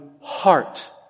heart